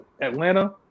Atlanta